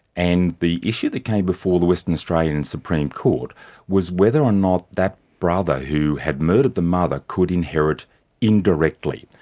and the issue that came before the western australian and supreme court was whether or not that brother who had murdered the mother could inherit indirectly.